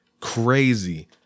crazy